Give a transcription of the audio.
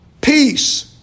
peace